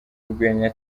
urwenya